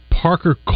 Parker